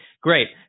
great